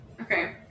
Okay